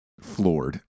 floored